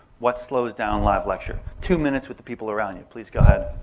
what slows down live lecture. two minutes with the people around you. please go ahead.